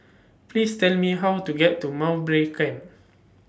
Please Tell Me How to get to Mowbray Camp